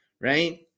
right